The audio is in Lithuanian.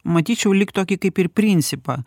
matyčiau lyg tokį kaip ir principą